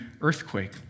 earthquake